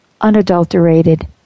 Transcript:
unadulterated